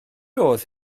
oedd